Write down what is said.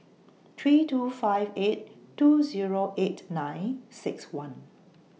three two five eight two Zero eight nine six one